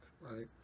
right